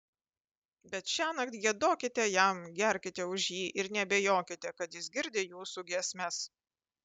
bet šiąnakt giedokite jam gerkite už jį ir neabejokite kad jis girdi jūsų giesmes